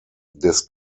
des